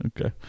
Okay